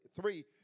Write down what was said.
three